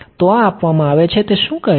તો આ આપવામાં આવે છે તે શું કહે છે